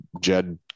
Jed